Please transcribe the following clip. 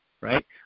right